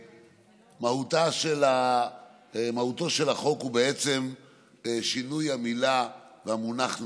מהותו של החוק הוא בעצם שינוי המילה והמונח "נכה",